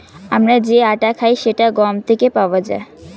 আমরা যে আটা খাই সেটা গম থেকে পাওয়া যায়